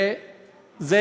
וזה